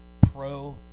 pro